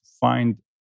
find